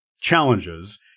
challenges